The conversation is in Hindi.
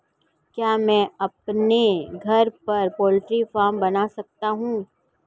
क्या मैं अपने घर पर पोल्ट्री फार्म बना सकता हूँ?